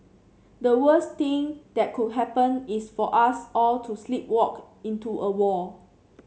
the worst thing that could happen is for us all to sleepwalk into a war